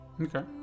okay